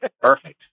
Perfect